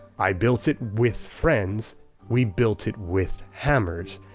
i built it with friends we built it with hammers.